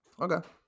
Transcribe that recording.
Okay